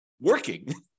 working